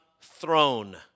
throne